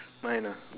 mine ah